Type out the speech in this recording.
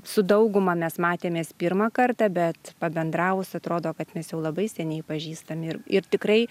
su dauguma mes matėmės pirmą kartą bet pabendravus atrodo kad mes jau labai seniai pažįstami ir ir tikrai